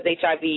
HIV